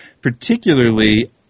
particularly